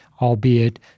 albeit